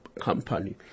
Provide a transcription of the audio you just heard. company